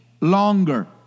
longer